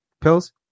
pills